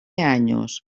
años